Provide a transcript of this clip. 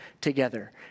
together